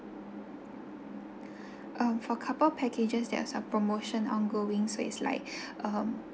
um couple packages there's a promotion ongoing so it's like